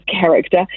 character